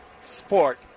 Sport